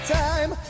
time